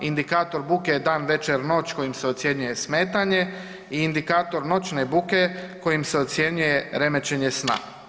Indikator buke dan, večer, noć kojim se ocjenjuje smetanje i indikator noćne buke kojim se ocjenjuje remećenje sna.